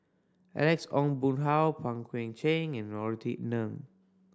Alex Ong Boon Hau Pang Guek Cheng and Norothy Neng